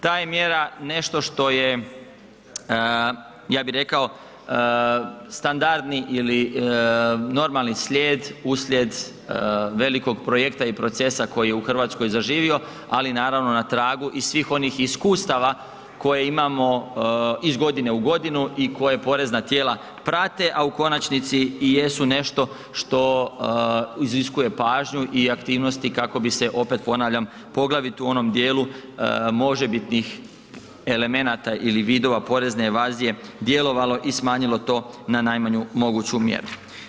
Ta je mjera nešto što je, ja bih rekao standardni ili normalni slijed uslijed velikog projekta i procesa koji je u Hrvatskoj zaživio, ali naravno na tragu i svih onih iskustava koje imamo iz godine u godinu i koje porezna tijela prate, a u konačnici i jesu nešto što iziskuje pažnju i aktivnosti kako bi se, opet ponavljam, poglavito u onom dijelu možebitnih elemenata ili vidova porezne evazije djelovalo i smanjilo to na najmanju moguću mjeru.